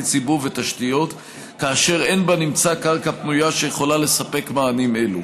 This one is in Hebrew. ציבור ותשתיות כאשר אין בנמצא קרקע פנויה שיכולה לספק מענים אלו.